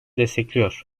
destekliyor